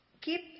keep